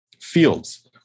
fields